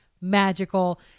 magical